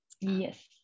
yes